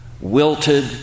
wilted